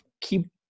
keep